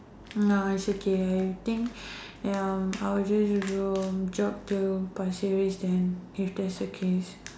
no it's okay I think um I will go and jog till Pasir-Ris then if that's the case